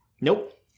Nope